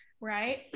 Right